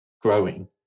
growing